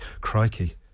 Crikey